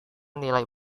nilai